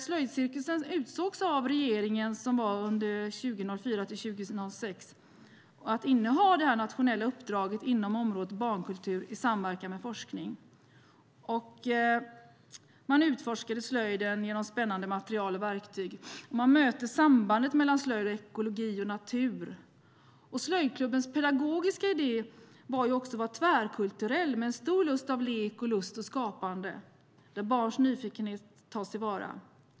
Slöjdcirkusen utsågs av regeringen till att under 2004-2006 inneha det nationella uppdraget inom området barnkultur i samverkan med forskning. Man utforskade slöjden genom spännande material och verktyg. Man möter sambanden mellan slöjd, ekologi och natur. Slöjdklubbens pedagogiska idé var att vara tvärkulturell, med stort inslag av lek, lust och skapande, där barns nyfikenhet tas till vara.